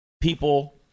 People